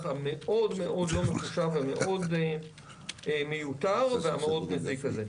המאוד מאוד לא מחושב והמאוד מיותר והמאוד מזיק הזה.